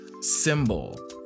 symbol